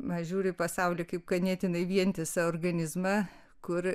aš žiūriu į pasaulį kaip ganėtinai vientisą organizmą kur